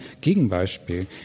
Gegenbeispiel